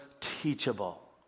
teachable